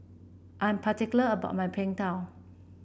I am particular about my Png Tao